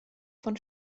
von